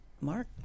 Mark